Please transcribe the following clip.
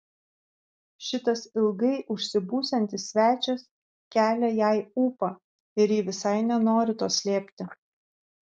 šitas ilgai užsibūsiantis svečias kelia jai ūpą ir ji visai nenori to slėpti